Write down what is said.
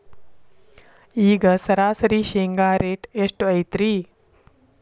ಈಗ ಸರಾಸರಿ ಶೇಂಗಾ ರೇಟ್ ಎಷ್ಟು ಐತ್ರಿ?